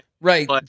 Right